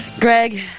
Greg